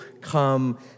come